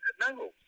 No